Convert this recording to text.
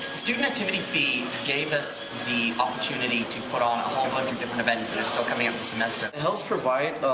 student activity fee gave us the opportunity to put on a whole bunch of different events. they're still coming up the semester. it helps provide, but